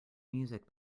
music